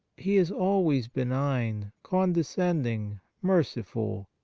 he is always benign, condescending, merciful,